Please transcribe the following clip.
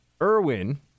Irwin